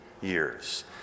years